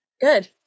Good